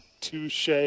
Touche